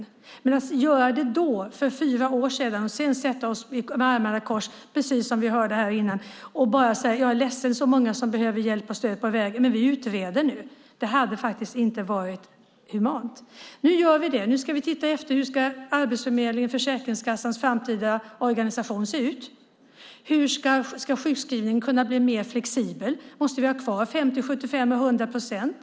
Det hade inte varit humant att göra det för fyra år sedan och sedan sätta sig med armarna i kors, som vi hörde här innan, och bara säga: Jag är ledsen - det är många som behöver hjälp och stöd på vägen, men nu utreder vi. Men nu gör vi det! Nu ska vi titta efter hur Arbetsförmedlingens och Försäkringskassans framtida organisation ska se ut. Hur ska sjukskrivningen kunna bli flexiblare? Måste vi ha kvar 50, 75 och 100 procent?